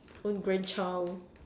own grandchild